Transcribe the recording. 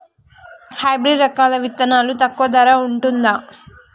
Hybrid రకాల విత్తనాలు తక్కువ ధర ఉంటుందా?